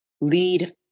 lead